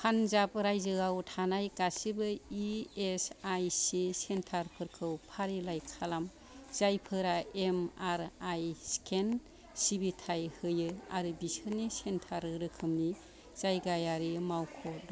पान्जाब रायजोआव थानाय गासिबो इएसआइसि सेन्टारफोरखौ फारिलाइ खालाम जायफोरा एमआरआइ स्केन सिबिथाय होयो आरो बिसोरनि सेन्टार रोखोमनि जायगायारि मावख' दं